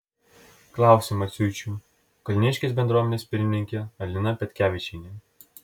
klausė maciuičių kalniškės bendruomenės pirmininkė alina petkevičienė